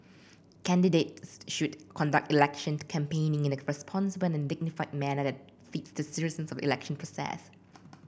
candidates should conduct election campaigning in a responsible and dignified manner that befits the seriousness of the election process